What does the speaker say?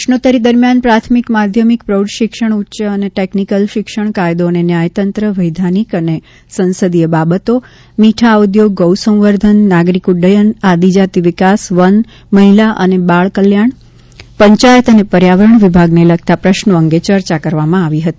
આ પ્રશ્નોત્તરી દરમિયાન પ્રાથમિક માધ્યમિક પ્રોઢ શિક્ષણ ઉચ્ચ અને ટેકનિકલ શિક્ષણ કાયદો અને ન્યાયતંત્ર વૈધાનિક અને સંસદિય બાબતો મીઠા ઉદ્યોગ ગોસંવર્ધન નાગરિક ઉડ્ડયન આદિજાતિ વિકાસ વન મહિલા અને બાલ કલ્યાણ પંચાયત અને પર્યાવરણ વિભાગને લગતા પ્રશ્નો અંગે ચર્ચા કરવામાં આવી હતી